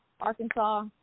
Arkansas –